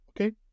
okay